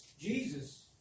Jesus